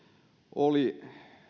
oli